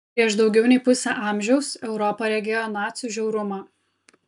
prieš daugiau nei pusę amžiaus europa regėjo nacių žiaurumą